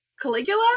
Caligula